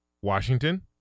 Washington